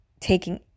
taking